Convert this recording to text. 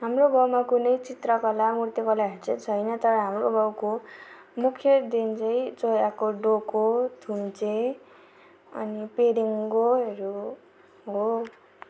हाम्रो गाउँमा कुनै चित्रकला मूर्तिकलाहरू चाहिँ छैन तर हाम्रो गाउँको मुख्य देन चाहिँ चोयाको डोको थुन्से अनि पेरुङ्गोहरू हो